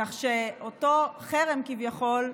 כך שלאותו חרם, כביכול,